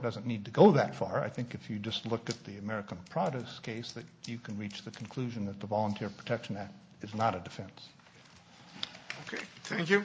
doesn't need to go that far i think if you just look at the american products case that you can reach the conclusion that the volunteer protection that it's not a defense if you